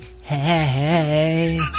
Hey